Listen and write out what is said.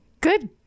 Good